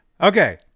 Okay